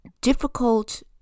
difficult